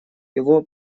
его